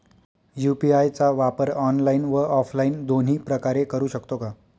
UPI चा वापर online व ऑफलाईन दोन्ही प्रकारे करु शकतो का?